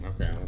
Okay